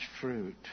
fruit